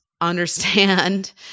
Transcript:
understand